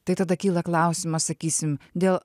tai tada kyla klausimas sakysim dėl